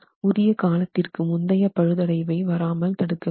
உரிய காலத்துக்கு முந்தைய பழுதடைவை வராமல் தடுக்க வேண்டும்